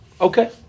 Okay